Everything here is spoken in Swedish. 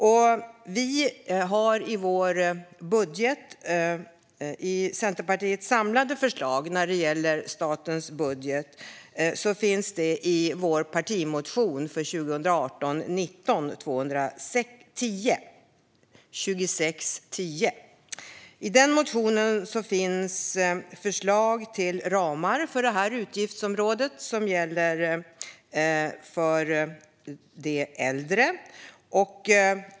Centerpartiets samlade förslag när det gäller statens budget finns i vår partimotion 2018/19:2610. I den motionen finns förslag till ramar för detta utgiftsområde, som gäller för de äldre.